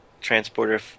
Transporter